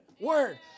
Word